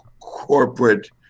corporate